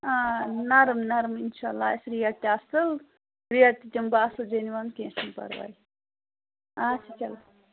آ نَرٕم نَرٕم اِنشاء اللہ آسہِ ریٹ تہِ اَصٕل ریٹ تہِ دِمہٕ بہٕ اَصٕل جیٚنِوَن کیٚنٛہہ چھُنہٕ پَرواے اَچھا چلو